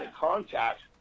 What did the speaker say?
contact